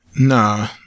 Nah